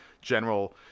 general